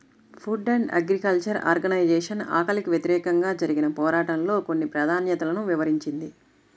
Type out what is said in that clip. food and Agriculture Organization ఆకలికి వ్యతిరేకంగా జరిగిన పోరాటంలో కొన్ని ప్రాధాన్యతలను వివరించింది